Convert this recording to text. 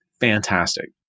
Fantastic